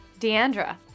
Deandra